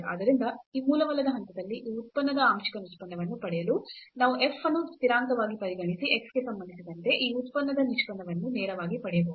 ಆದ್ದರಿಂದ ಈ ಮೂಲವಲ್ಲದ ಹಂತದಲ್ಲಿ ಈ ಉತ್ಪನ್ನದ ಆಂಶಿಕ ನಿಷ್ಪನ್ನವನ್ನು ಪಡೆಯಲು ನಾವು y ಅನ್ನು ಸ್ಥಿರಾಂಕವಾಗಿ ಪರಿಗಣಿಸಿ x ಗೆ ಸಂಬಂಧಿಸಿದಂತೆ ಈ ಉತ್ಪನ್ನದ ನಿಷ್ಪನ್ನವನ್ನು ನೇರವಾಗಿ ಪಡೆಯಬಹುದು